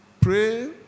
pray